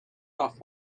off